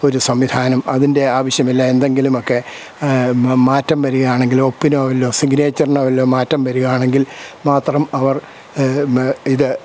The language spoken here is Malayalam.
ഒരു സംവിധാനം അതിൻ്റെ ആവശ്യമില്ല എന്തെങ്കിലുമൊക്കെ മ മാറ്റം വരികയാണെങ്കിലോ ഒപ്പിനോ വല്ല സിഗ്നേച്ചറിനോവല്ല മാറ്റം വരികയാണെങ്കിൽ മാത്രം അവർ ഇത്